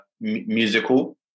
musical